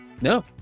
No